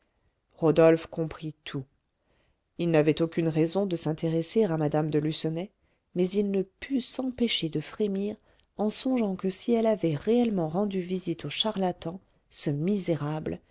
rodolphe comprit tout il n'avait aucune raison de s'intéresser à mme de lucenay mais il ne put s'empêcher de frémir en songeant que si elle avait réellement rendu visite au charlatan ce misérable